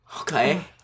Okay